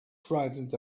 frightened